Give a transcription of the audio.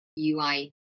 UI